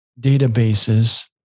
databases